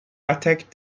attacked